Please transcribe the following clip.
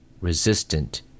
resistant